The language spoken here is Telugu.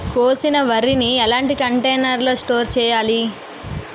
కోసిన వరిని ఎలాంటి కంటైనర్ లో స్టోర్ చెయ్యాలి?